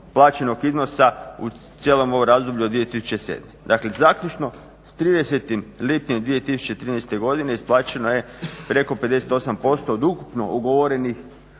plaćenog iznosa u cijelom ovom razdoblju od 2007. Dakle, zaključno s 30.lipnja 2013.godine isplaćeno je preko 58% od ukupno ugovorenih